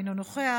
אינו נוכח,